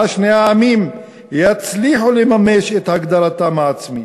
שבה שני העמים יצליחו לממש את הגדרתם העצמית,